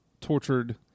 tortured